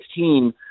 2016